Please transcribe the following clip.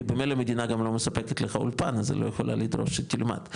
כי במלא מדינה גם לא מספקת לך אולפן אז היא לא יכולה לדרוש שתלמד,